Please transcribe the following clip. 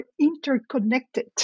interconnected